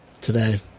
today